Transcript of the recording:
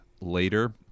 later